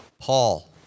Paul